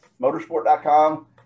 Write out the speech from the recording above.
motorsport.com